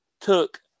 took